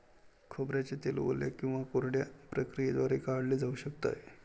खोबऱ्याचे तेल ओल्या किंवा कोरड्या प्रक्रियेद्वारे काढले जाऊ शकते